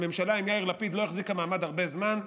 הממשלה עם יאיר לפיד לא החזיקה מעמד הרבה זמן,